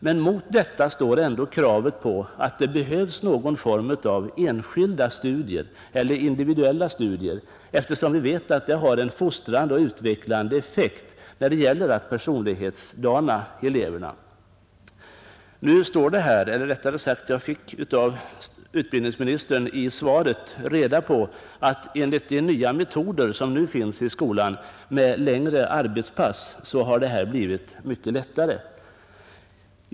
Mot Nr 62 detta står så kravet på att det behövs någon form av enskilda studier eller Torsdagen den individuella studier, eftersom vi vet att dessa har en fostrande och 15 april 1971 utvecklande effekt när det gäller att personlighetsdana eleverna. Jag fick genom utbildningsministerns svar nu reda på att enligt de nya metoder som tillämpas i skolan med längre arbetspass det blivit lättare att individualisera undervisningen i skolan.